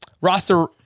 roster